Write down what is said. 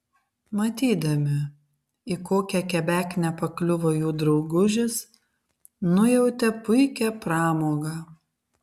matydami į kokią kebeknę pakliuvo jų draugužis nujautė puikią pramogą